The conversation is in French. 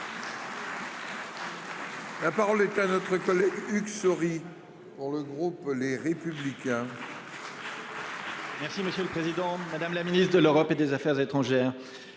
La parole est à notre collègue Hugues Saury. Pour le groupe Les Républicains.